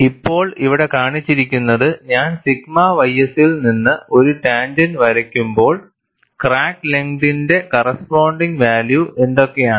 ഇപ്പോൾ ഇവിടെ കാണിച്ചിരിക്കുന്നത് ഞാൻ സിഗ്മ ys ൽ നിന്ന് ഒരു ടാൻജെന്റ് വരയ്ക്കുമ്പോൾ ക്രാക്ക് ലെങ്തിന്റെ കറസ്പോണ്ടിങ് വാല്യൂ എന്തൊക്കെയാണ്